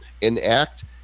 enact